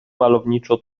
malowniczo